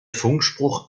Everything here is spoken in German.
funkspruch